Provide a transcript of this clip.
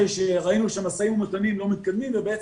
אחרי שראינו שמשאים ומתנים לא מתקיימים ויש